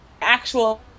Actual